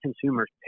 consumers